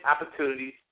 opportunities